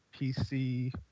PC